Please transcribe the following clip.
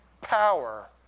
power